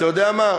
אתה יודע מה?